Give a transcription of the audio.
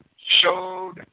showed